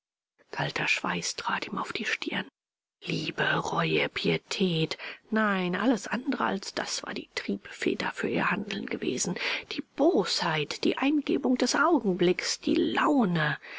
kalter schweiß trat ihm auf die stirn liebe reue pietät nein alles andere als das war die triebfeder für ihr handeln gewesen die bosheit die eingebungen des augenblicks die laune